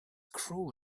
cruel